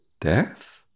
death